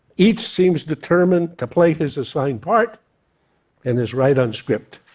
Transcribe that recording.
each seems determined to play his assigned part and is right on script.